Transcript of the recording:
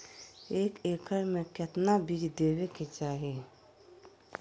एक एकड़ मे केतना बीज देवे के चाहि?